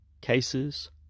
cases